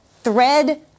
thread